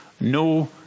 no